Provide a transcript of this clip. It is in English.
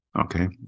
Okay